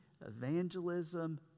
evangelism